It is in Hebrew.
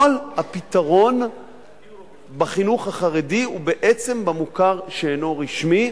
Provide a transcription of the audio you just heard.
כל הפתרון בחינוך החרדי הוא בעצם במוכר שאינו רשמי,